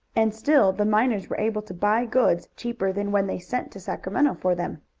and still the miners were able to buy goods cheaper than when they sent to sacramento for them.